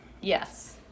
Yes